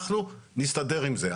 אנחנו נסתדר עם זה,